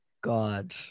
god